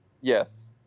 Yes